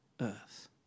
earth